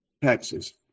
Texas